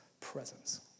presence